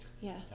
Yes